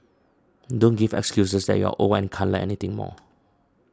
don't give excuses that you're old and can't Learn Anything anymore